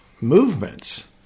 movements